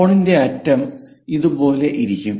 കോണിന്റെ അറ്റം ഇത് പോലെ ഇരിക്കും